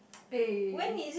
eh